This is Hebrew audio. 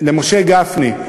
ולמשה גפני,